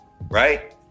Right